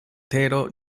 tero